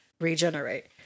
regenerate